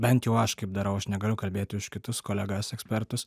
bent jau aš kaip darau aš negaliu kalbėti už kitus kolegas ekspertus